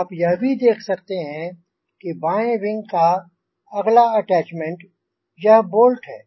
आप यह भी देख सकते हैं बाएँ विंग का अगला अटैच्मेंट यह बोल्ट है